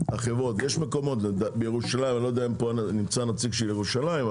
אני לא יודע אם נמצא פה הנציג של ירושלים,